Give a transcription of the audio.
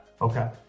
okay